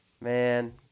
Man